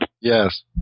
Yes